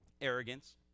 Arrogance